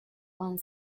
one